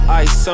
ice